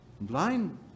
blind